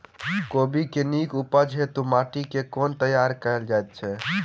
कोबी केँ नीक उपज हेतु माटि केँ कोना तैयार कएल जाइत अछि?